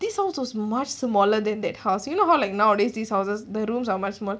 this sounds much smaller than that house you know how like nowadays these houses the rooms are much more